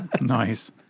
Nice